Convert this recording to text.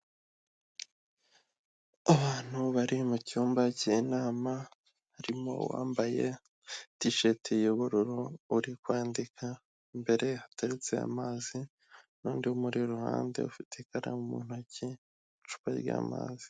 Abantu bari mu cyumba cy'inama, harimo uwambaye tisheti y'ubururu uri kwandika, imbere hateretse amazi, n'undi umuri iruhande ufite ikaramu mu ntoki, icupa ry'amazi.